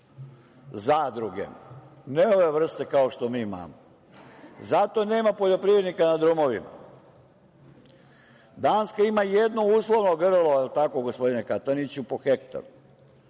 zadruge, ne ove vrste kao što mi imamo, i zato nema poljoprivrednika na drumovima. Danska ima jedno uslovno grlo, jel tako gospodine Kataniću, po hektaru.